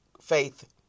faith